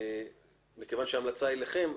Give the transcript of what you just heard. מכיוון שההמלצה היא אליכם.